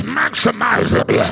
maximizing